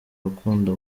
rukundo